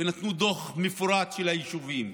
ונתנו דוח מפורט של היישובים,